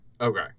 Okay